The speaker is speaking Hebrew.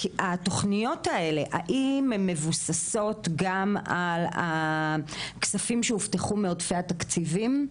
התוכניות האלה האם הן מבוססות גם על הכספים שהובטחו מעודפי התקציבים?